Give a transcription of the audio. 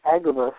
Agabus